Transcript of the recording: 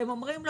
הן אומרות,